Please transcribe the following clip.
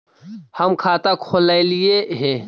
हम खाता खोलैलिये हे?